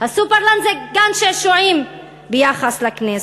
ה"סופרלנד" זה גן-שעשועים ביחס לכנסת.